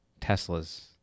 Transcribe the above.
Teslas